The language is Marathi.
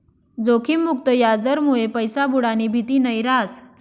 जोखिम मुक्त याजदरमुये पैसा बुडानी भीती नयी रहास